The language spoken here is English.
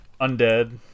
Undead